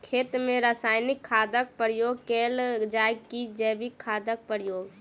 खेत मे रासायनिक खादक प्रयोग कैल जाय की जैविक खादक प्रयोग?